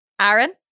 aaron